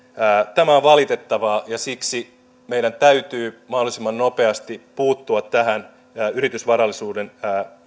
tämä on valitettavaa ja siksi meidän täytyy mahdollisimman nopeasti puuttua yritysvarallisuuden